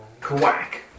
Quack